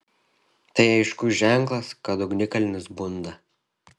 tai aiškus ženklas kad ugnikalnis bunda